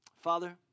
Father